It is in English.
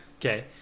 Okay